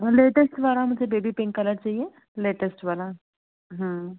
और लेटेस्ट वाला मुझे बेबी पिंक कलर चाहिए लेटेस्ट वाला हाँ